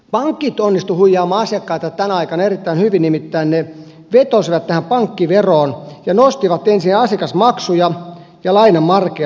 pankit onnistuivat huijaamaan asiakkaita tänä aikana erittäin hyvin nimittäin ne vetosivat tähän pankkiveroon ja nostivat ensin asiakasmaksuja ja lainamarginaaleja